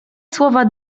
słowa